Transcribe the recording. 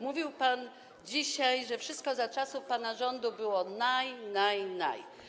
Mówił pan dzisiaj, że wszystko za czasów pana rządu było naj, naj, naj.